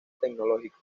tecnológico